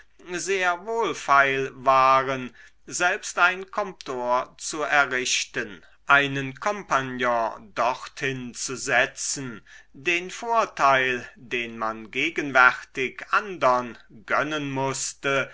sehr wohlfeil waren selbst ein comptoir zu errichten einen kompagnon dorthin zu setzen den vorteil den man gegenwärtig andern gönnen mußte